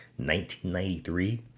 1993